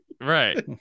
Right